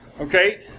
Okay